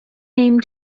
name